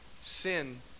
Sin